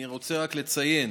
אני רוצה רק לציין